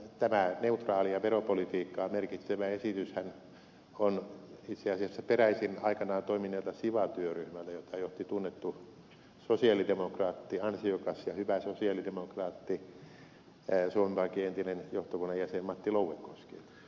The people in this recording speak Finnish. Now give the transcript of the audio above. tämä neutraalia veropolitiikkaa merkitsevä esityshän on itse asiassa peräisin aikanaan toimineelta siva työryhmältä jota johti tunnettu sosialidemokraatti ansiokas ja hyvä sosialidemokraatti suomen pankin entinen johtokunnan jäsen matti louekoski